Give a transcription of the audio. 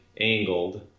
angled